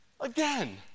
again